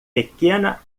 pequena